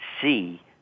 see